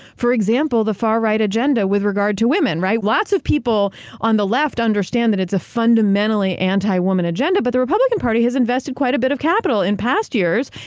for example, the far right agenda with regard to women, right? lots of people on the left understand that it's a fundamentally anti-women agenda, but the republican party has invested quite a bit of capital in past years,